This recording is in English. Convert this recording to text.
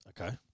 Okay